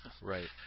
Right